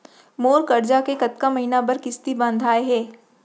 मोर करजा के कतका महीना बर किस्ती बंधाये हे?